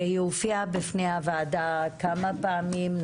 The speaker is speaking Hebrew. היא הופיעה בפני הוועדה כמה פעמים,